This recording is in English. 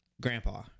grandpa